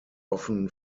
often